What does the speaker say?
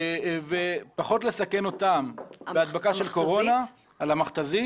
ופחות לסכן אותם בהדבקה של קורונה --- המכת"זית?